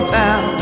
town